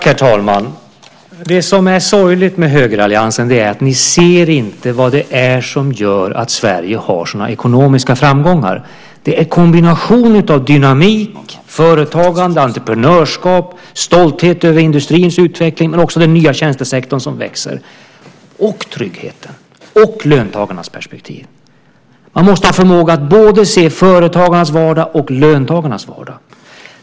Herr talman! Det som är sorgligt med er i högeralliansen är att ni inte ser vad det är som gör att Sverige har ekonomiska framgångar. Det är en kombination av dynamik, företagande, entreprenörskap, stolthet över industrins utveckling men också den nya tjänstesektorn som växer och tryggheten och löntagarnas perspektiv. Man måste ha förmåga att se både företagarnas vardag och löntagarnas vardag.